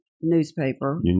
newspaper